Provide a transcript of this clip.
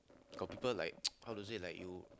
got people like how to say like you